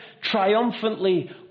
triumphantly